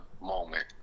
moment